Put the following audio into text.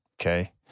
Okay